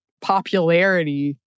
popularity